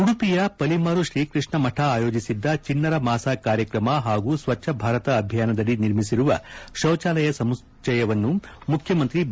ಉಡುಪಿಯ ಪಲಿಮಾರು ಶ್ರೀ ಕೃಷ್ಣ ಮಠ ಆಯೋಜಿಸಿದ್ದ ಚಿಣ್ಣರ ಮಾಸ ಕಾರ್ಯತ್ರಮ ಪಾಗೂ ಸ್ವಚ್ಛ ಭಾರತ ಅಭಿಯಾನದಡಿ ನಿರ್ಮಿಸಿರುವ ಶೌಚಾಲಯ ಸಮುಚ್ಚಯವನ್ನು ಮುಖ್ಚಮಂತ್ರಿ ಬಿ